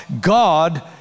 God